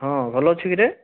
ହଁ ଭଲ ଅଛୁ କିରେ